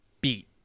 beat